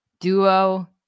duo